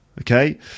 okay